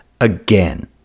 again